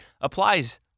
applies